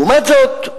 לעומת זאת,